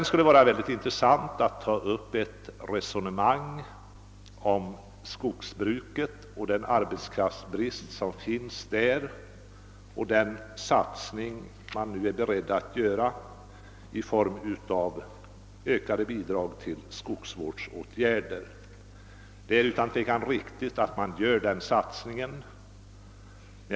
Det skulle vara mycket intressant att ta upp ett resonemang om skogsbruket och dess arbetskraftsbrist samt om den satsning man nu är beredd att göra i form av ökade bidrag till skogsvårdsåtgärder. Det är utan tvivel riktigt att denna satsning företas.